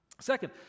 Second